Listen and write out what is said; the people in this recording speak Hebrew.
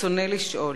רצוני לשאול: